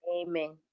Amen